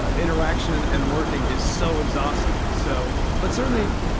interaction and working is so exhausting. so but certainly,